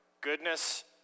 goodness